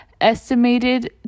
estimated